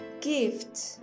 gift